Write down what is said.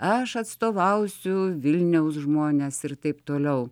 aš atstovausiu vilniaus žmones ir taip toliau